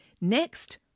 Next